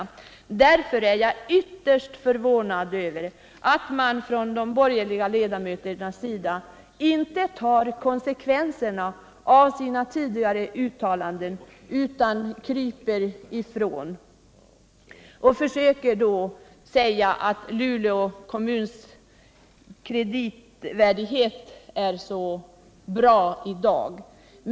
Därför är jag ytterst förvånad över att de borgerliga ledamöterna inte tar konsekvenserna av sina tidigare uttalanden utan kryper ifrån genom att säga att Luleå kommuns kreditvärdighet är så bra i dag.